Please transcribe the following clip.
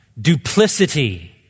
duplicity